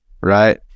right